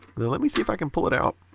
let me see if i can pull it out.